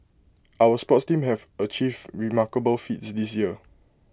our sports teams have achieved remarkable feats this year